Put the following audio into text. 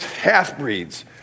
half-breeds